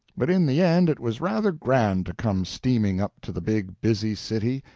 but in the end it was rather grand to come steaming up to the big, busy city,